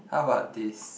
how about this